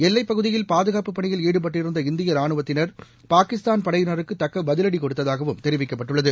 எல்லை பகுதியில் பாதுகாப்பு பணியில் ஈடுபட்டிருந்த இந்திய ரானுவத்தினர் பாகிஸ்தான் படையினருக்கு தக்க பதிலடி கொடுத்ததாகவும் தெரிவிக்கப்பட்டுள்ளது